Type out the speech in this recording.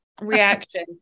reaction